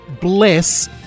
bless